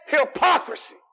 hypocrisy